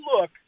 look